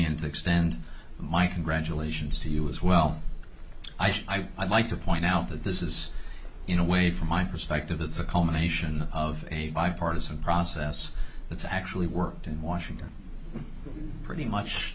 to extend my congratulations to you as well i'd like to point out that this is in a way from my perspective it's a culmination of a bipartisan process that's actually worked in washington pretty much